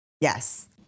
Yes